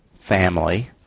family